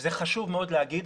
וזה חשוב מאוד לומר,